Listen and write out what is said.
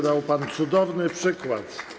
Dał pan cudowny przykład.